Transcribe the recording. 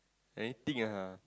anything ah